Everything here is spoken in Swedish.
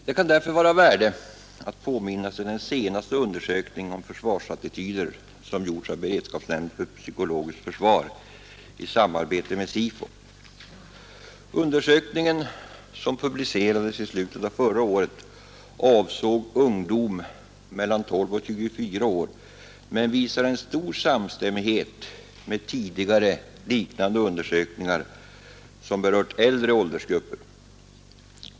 Det kan därför vara av värde att påminna om den senaste undersökningen om försvarsattityder som gjorts av beredskapsnämnden för psykologiskt försvar i samarbete med SIFO. Undersökningen, som publicerades i slutet av förra året och avsåg ungdom mellan 12 och 24 år, visar en stor samstämmighet med tidigare liknande undersökningar som berört äldre åldersgrupper.